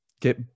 get